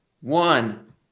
one